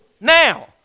Now